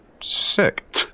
sick